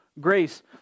grace